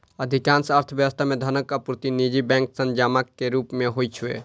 अधिकांश अर्थव्यवस्था मे धनक आपूर्ति निजी बैंक सं जमा के रूप मे होइ छै